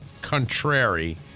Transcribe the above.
contrary